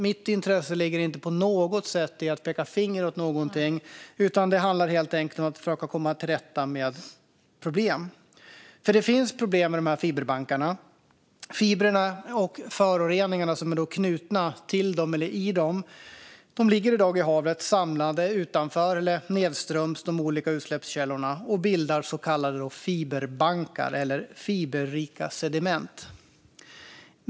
Mitt intresse ligger inte på något sätt i att peka finger åt någon utan att försöka komma till rätta med problem, för det finns problem med dessa fiberbankar. Fibrerna och föroreningar som är bundna till eller i dem ligger i dag i havet samlade utanför eller nedströms de olika utsläppskällorna och bildar så kallade fiberbankar eller fiberrika sediment.